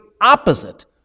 opposite